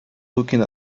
looking